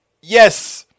Yes